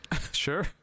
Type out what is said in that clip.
Sure